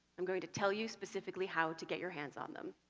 i'm going to tell you specifically how to get your hands on them.